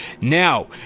Now